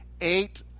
eight